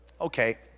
Okay